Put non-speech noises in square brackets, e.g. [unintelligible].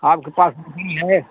आपके पास [unintelligible] है